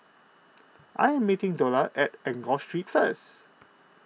I am meeting Dola at Enggor Street first